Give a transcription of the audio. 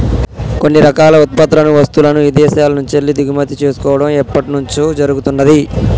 కొన్ని రకాల ఉత్పత్తులను, వస్తువులను ఇదేశాల నుంచెల్లి దిగుమతి చేసుకోడం ఎప్పట్నుంచో జరుగుతున్నాది